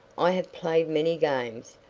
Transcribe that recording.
i have played many games,